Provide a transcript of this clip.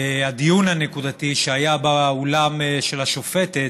הדיון הנקודתי שהיה באולם של השופטת,